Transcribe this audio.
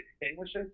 extinguishes